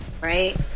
right